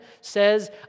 says